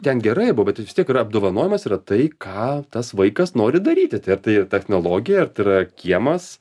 ten gerai vis tiek yra apdovanojimas yra tai ką tas vaikas nori daryti tai ar tai technologija ar tai yra kiemas